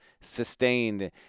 sustained